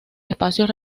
espacios